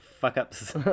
Fuck-ups